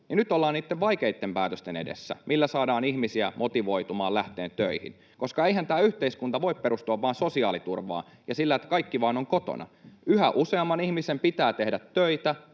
nyt ollaan niitten vaikeitten päätösten edessä, millä saadaan ihmisiä motivoitumaan lähtemään töihin, koska eihän tämä yhteiskunta voi perustua vain sosiaaliturvaan ja sille, että kaikki vaan ovat kotona. Yhä useamman ihmisen pitää tehdä töitä